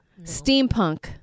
Steampunk